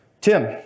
Tim